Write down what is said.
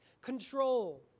control